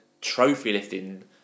trophy-lifting